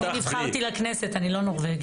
אתה יודע שאני מאוד אוהב ומעריך אותך.